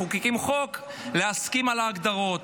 להסכים על ההגדרות